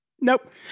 Nope